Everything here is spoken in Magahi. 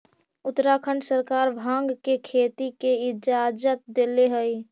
उत्तराखंड सरकार भाँग के खेती के इजाजत देले हइ